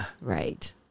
Right